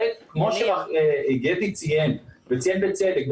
כמו שגדי ציין בצדק,